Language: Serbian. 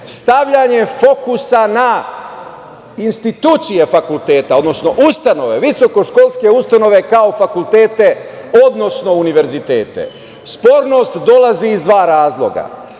stavljanje fokusa na institucije fakulteta, odnosno ustanove, visokoškolske ustanove kao fakultete, odnosno univerzitete. Spornost dolazi iz dva razloga.